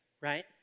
Right